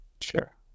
sure